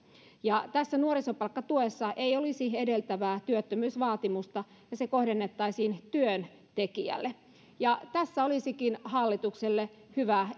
tässä nuorisopalkkatuessa ei olisi edeltävää työttömyysvaatimusta ja se kohdennettaisiin työntekijälle tässä olisikin hallitukselle hyvä